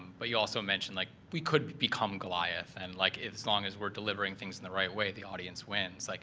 but you also mentioned like we could become goliath, and like as long as we're delivering things in the right way, the audience wins. like